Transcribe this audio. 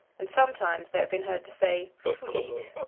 and sometimes they have been heard to say fullied.